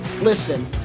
Listen